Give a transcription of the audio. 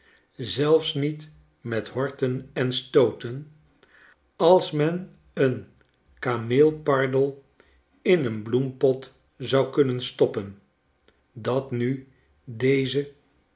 zelfs niet met horten en stooten als men een kameelpardel in een bloempot zou kunnen stoppen dat nu deze